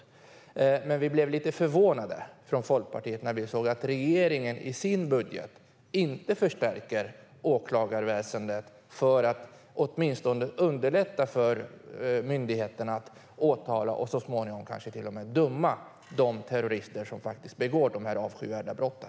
Vi i Folkpartiet blev lite förvånade när vi såg att regeringen i sin budget inte förstärker åklagarväsendet för att åtminstone underlätta för myndigheterna att åtala och så småningom döma de terrorister som faktiskt begår de avskyvärda brotten.